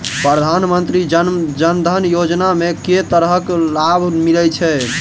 प्रधानमंत्री जनधन योजना मे केँ तरहक लाभ मिलय छै?